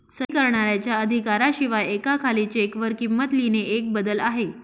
सही करणाऱ्याच्या अधिकारा शिवाय एका खाली चेक वर किंमत लिहिणे एक बदल आहे